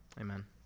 Amen